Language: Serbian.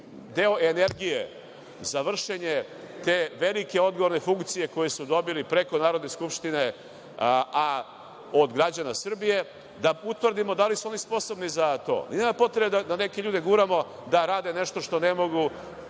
deo energije za vršenje te velike odgovorne funkcije koje su dobili preko Narodne skupštine, a od građana Srbije da utvrdimo da li su oni sposobni za to. Nema potrebe da neke ljude guramo da rade nešto što ne mogu